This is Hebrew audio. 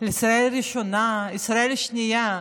ישראל ראשונה, ישראל שנייה.